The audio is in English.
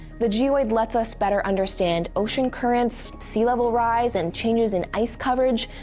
the geoid lets us better understand ocean currents, sea level rise, and changes in ice coverage,